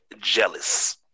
jealous